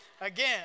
again